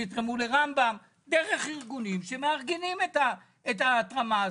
שיתרמו לרמב"ם דרך ארגונים שמארגנים את ההתרמה הזאת.